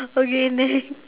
okay next